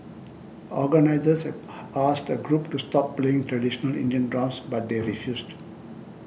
organisers had asked a group to stop playing traditional Indian drums but they refused